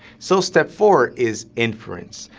so step four is inference,